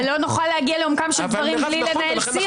לא נוכל להגיע לעומקם של דברים בלי לנהל שיח.